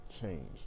change